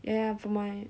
ya for my